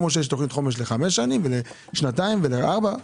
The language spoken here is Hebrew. כמו שיש תכנית חומש לחמש שנים ולשנתיים ולארבע.